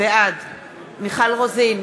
בעד מיכל רוזין,